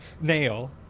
nail